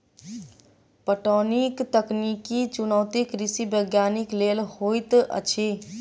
पटौनीक तकनीकी चुनौती कृषि वैज्ञानिक लेल होइत अछि